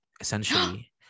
essentially